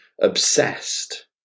obsessed